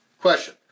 Question